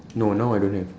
no now I don't have